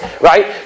right